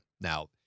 now